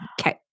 Okay